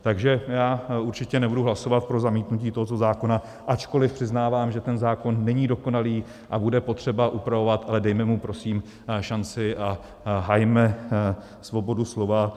Takže já určitě nebudu hlasovat pro zamítnutí tohoto zákona, ačkoliv přiznávám, že ten zákon není dokonalý a bude potřeba upravovat, ale dejme mu prosím šanci a hajme svobodu slova.